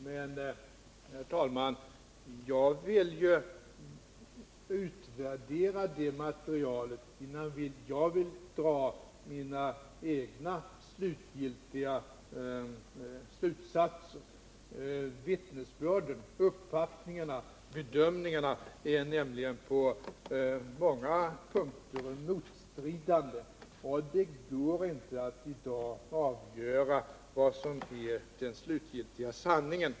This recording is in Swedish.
Men, herr talman, jag vill utvärdera det materialet innan jag drar mina egna slutsatser. Vittnesbörden, uppfattningarna, bedömningarna är nämligen på många punkter motstridande. Det går inte att i dag avgöra vad som är den slutliga sanningen.